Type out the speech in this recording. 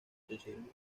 hicieron